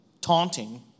taunting